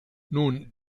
nun